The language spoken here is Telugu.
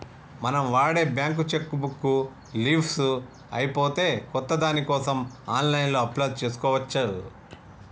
మనం వాడే బ్యేంకు చెక్కు బుక్కు లీఫ్స్ అయిపోతే కొత్త దానికోసం ఆన్లైన్లో అప్లై చేసుకోవచ్చు